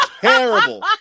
terrible